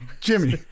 Jimmy